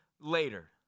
later